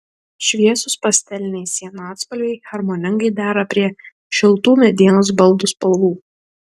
šviesūs pasteliniai sienų atspalviai harmoningai dera prie šiltų medienos baldų spalvų